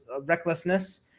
recklessness